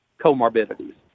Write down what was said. comorbidities